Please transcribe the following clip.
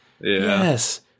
yes